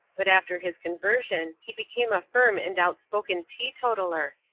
but after his conversion he became a firm and outspoken teetotaler,